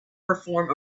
perform